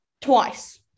twice